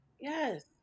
yes